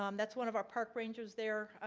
um that's one of our park rangers there,